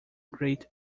great